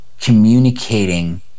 communicating